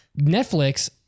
Netflix